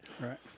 Right